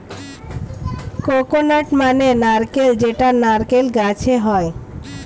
coconut মানে নারকেল যেটা নারকেল গাছে হয়